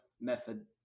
method